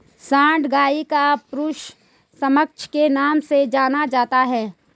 सांड गाय का पुरुष समकक्ष के नाम से जाना जाता है